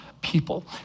people